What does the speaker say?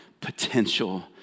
potential